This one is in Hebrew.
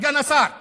סגן שר הביטחון.